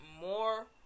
more